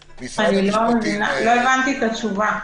לא הבנתי את התשובה.